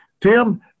Tim